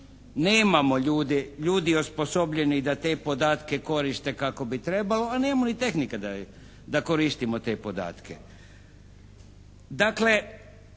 Nemamo ljudi osposobljenih da te podatke koriste kako bi trebalo, a nemamo ni tehnike da koristimo te podatke. Dakle